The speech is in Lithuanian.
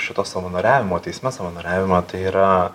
šito savanoriavimo teisme savanoriavimo tai yra